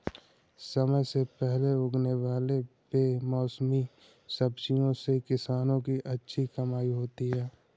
समय से पहले उगने वाले बेमौसमी सब्जियों से किसानों की अच्छी कमाई होती है